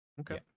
Okay